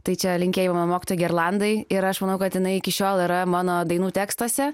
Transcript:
tai čia linkėjimai mano mokytojai gerlandai ir aš manau kad jinai iki šiol yra mano dainų tekstuose